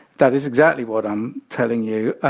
that is exactly what i'm telling you.